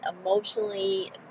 emotionally